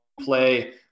play